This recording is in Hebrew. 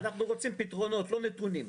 אנחנו רוצים פתרונות, לא נתונים.